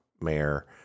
mayor